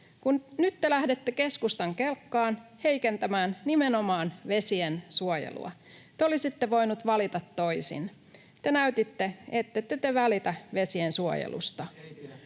kun nyt te lähdette keskustan kelkkaan heikentämään nimenomaan vesiensuojelua? Te olisitte voinut valita toisin. Te näytitte, että te ette välitä vesiensuojelusta.